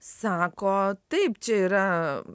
sako taip čia yra